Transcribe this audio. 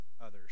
others